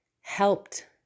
helped